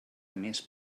més